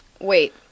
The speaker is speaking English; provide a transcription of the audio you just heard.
wait